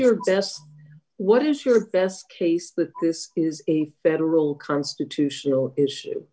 your best what is your best case that this is a federal constitutional issue